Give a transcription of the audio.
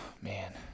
Man